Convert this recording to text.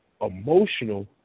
emotional